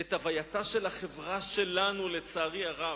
את הווייתה של החברה שלנו, לצערי הרב,